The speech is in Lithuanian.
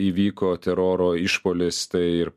įvyko teroro išpuolis tai ir